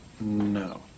No